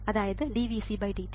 എന്താണ് dVcdt